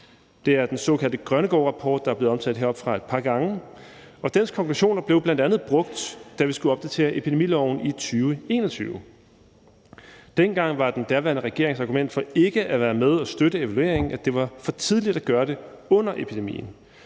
Det er den såkaldte Grønnegårdrapport, der er blevet omtalt heroppefra et par gange, og dens konklusioner blev bl.a. brugt, da vi skulle opdatere epidemiloven i 2021. Dengang var den daværende regerings argument for ikke at være med til at støtte evalueringen, at det var for tidligt at gøre det under epidemien,